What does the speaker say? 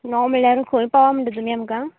णव म्हळ्यार खंय पाव म्हणटा तुमी आमकां